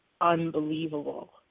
unbelievable